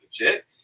legit